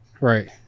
Right